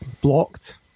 blocked